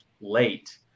late